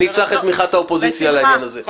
אני אצטרך את תמיכת האופוזיציה בעניין הזה.